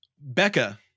Becca